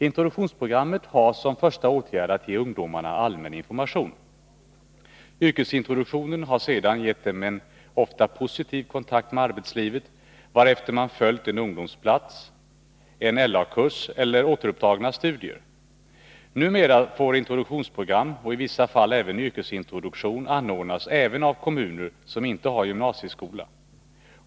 Introduktionsprogrammet har som första åtgärd att ge ungdomarna allmän information. Yrkesintroduktionen har sedan gett dem en ofta positiv kontakt med arbetslivet, varefter har följt en ungdomsplats, en LA-kurs eller återupptagna studier. Numera får introduktionsprogram och i vissa fall även yrkesintroduktion anordnas även av kommuner som inte har gymnasieskola.